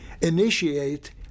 initiate